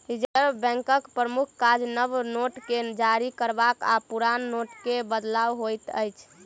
reserve बैंकक प्रमुख काज नव नोट के जारी करब आ पुरान नोटके बदलब होइत अछि